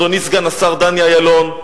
אדוני סגן השר דני אילון.